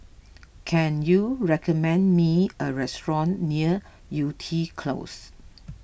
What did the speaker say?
can you recommend me a restaurant near Yew Tee Close